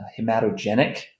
hematogenic